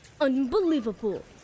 unbelievable